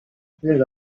père